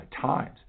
times